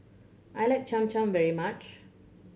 I like Cham Cham very much